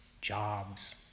Jobs